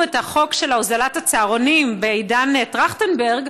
את החוק של הוזלת הצהרונים בעידן טרכטנברג,